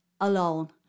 alone